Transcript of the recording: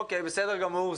בסדר גמור,